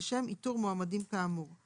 לשם איתור מועמדים כאמור;